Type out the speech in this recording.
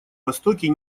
востоке